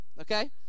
okay